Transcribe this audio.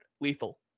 Lethal